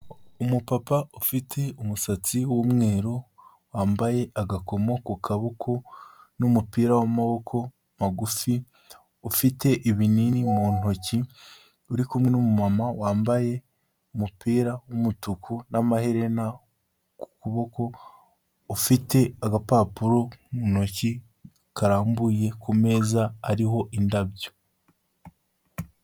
Umupapa ufite umusatsi w'umweru wambaye agakomo ku kaboko, n'umupira w'amaboko magufi, ufite ibinini mu ntoki, uri kumwe n'umumama wambaye umupira wumutuku n'amaherena ku kuboko, ufite agapapuro mu ntoki karambuye ku meza hariho indabyo.